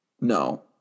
No